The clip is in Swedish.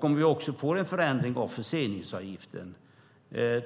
Kommer det en förändring av förseningsavgiften